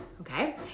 okay